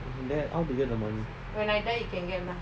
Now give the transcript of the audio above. then how to get the money